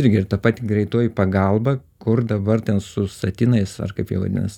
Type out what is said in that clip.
irgi ir ta pati greitoji pagalba kur dabar ten su satinais ar kaip jie vadinas